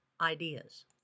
ideas